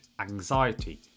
anxiety